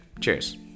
Cheers